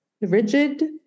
rigid